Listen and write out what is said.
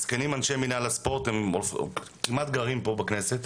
מסכנים אנשי מינהל הספורט כי הם כמעט גרים כאן בכנסת,